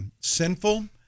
sinful